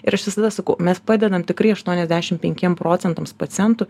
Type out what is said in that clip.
ir aš visada sakau mes padedam tikrai aštuoniasdešim penkiem procentams pacientų